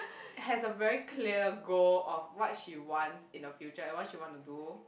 has a very clear goal of what she wants in the future and what she want to do